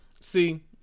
See